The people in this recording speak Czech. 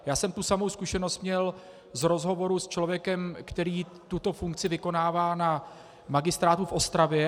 Já jsem tu samou zkušenost měl z rozhovoru s člověkem, který tuto funkci vykonává na magistrátu v Ostravě.